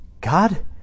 God